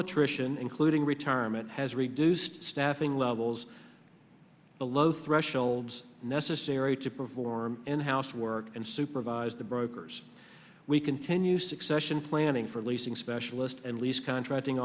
attrition including retirement has reduced staffing levels below threshold necessary to perform in housework and supervise the brokers we continue succession planning for leasing specialist and lease contracting